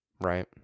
right